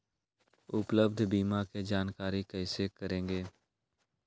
उपलब्ध बीमा के जानकारी कैसे करेगे?